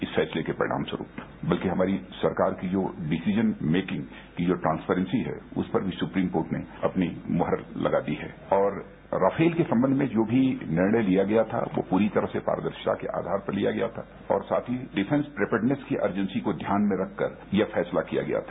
इस फैसले के परिणाम स्वरूप बल्कि हमारी सरकार की जो डिशिजन मेकिंग यह जो ट्रांसपेरेंसी है उस पर भी सुप्रीम कोर्ट ने अपनी मोहर लगा दी है और रफाल के संबंधी जो भी निर्णय लिया गया था वो पुरी तरह से पारदर्शिता के आधार पर लिया गया था और साथ ही डिफेंस प्रीपेडनेस की एजेंसी को ध्यान में रखकर यह फैसला किया गया था